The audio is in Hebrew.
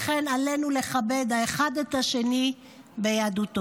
לכן, עלינו לכבד האחד את השני ביהדותו.